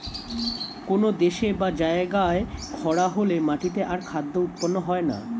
কোন দেশে বা জায়গায় খরা হলে মাটিতে আর খাদ্য উৎপন্ন হয় না